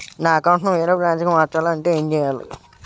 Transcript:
నా అకౌంట్ ను వేరే బ్రాంచ్ కి మార్చాలి అంటే ఎం చేయాలి?